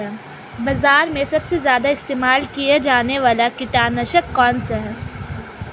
बाज़ार में सबसे ज़्यादा इस्तेमाल किया जाने वाला कीटनाशक कौनसा है?